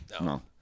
No